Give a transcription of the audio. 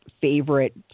favorite